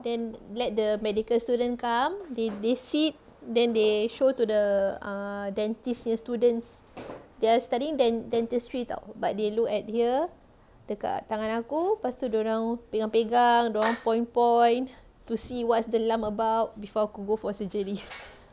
then let the medical student come they they sit then they show to the err dentist the students they're studying dentistry [tau] but they look at here dekat tangan aku pastu dorang pegang-pegang dorang point point to see what's the lump about before aku go for surgery